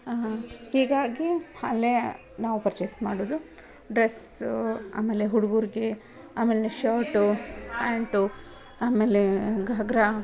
ಹೀಗಾಗಿ ಅಲ್ಲೇ ನಾವು ಪರ್ಚೇಸ್ ಮಾಡೋದು ಡ್ರಸ್ಸು ಆಮೇಲೆ ಹುಡುಗರ್ಗೆ ಆಮೇಲೆ ಶರ್ಟು ಪ್ಯಾಂಟು ಆಮೇಲೆ ಘಾಗ್ರಾ